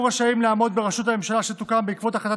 רשאים לעמוד בראשות הממשלה שתוקם בעקבות החלטת